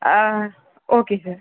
okay sir